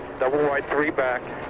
double wide three back.